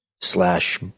Slash